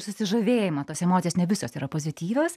susižavėjimą tos emocijos ne visos yra pozityvios